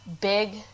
big